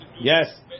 Yes